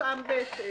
יותאם בהתאם.